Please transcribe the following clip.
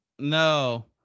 No